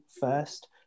first